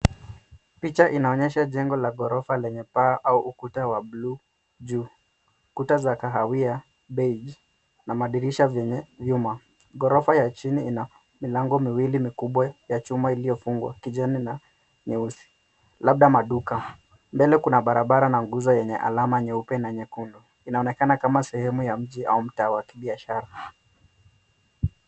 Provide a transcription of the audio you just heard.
Picha inaonyesha jengo la ghorofa lenye paa au ukuta wa bluu juu. Kuta za kahawia beige na madirisha vyenye vyuma. Ghorofa ya chini ina milango miwili mikubwa ya chuma iliyofungwa, kijani na nyeusi, labda maduka. Mbele kuna barabara na nguzo yenye alama nyeupe na nyekundu. Inaonekana kama sehemu ya mji au mtaa wa kibiashara.